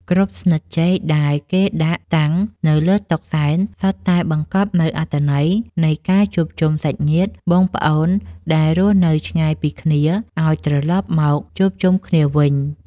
គ្រប់ស្និតចេកដែលគេដាក់តាំងនៅលើតុសែនសុទ្ធតែបង្កប់នូវអត្ថន័យនៃការជួបជុំសាច់ញាតិបងប្អូនដែលរស់នៅឆ្ងាយពីគ្នាឱ្យត្រឡប់មកជួបជុំគ្នាវិញ។